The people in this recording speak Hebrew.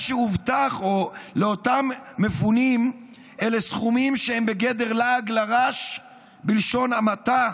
מה שהובטח לאותם מפונים זה סכומים שהם בגדר לעג לרש בלשון המעטה.